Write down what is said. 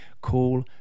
Call